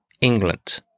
England